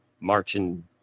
marching